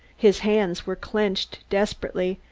his hands were clenched desperately,